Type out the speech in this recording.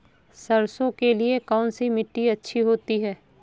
सरसो के लिए कौन सी मिट्टी अच्छी होती है?